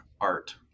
art